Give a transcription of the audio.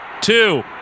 Two